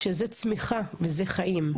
שזה צמיחה וזה חיים.